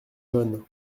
john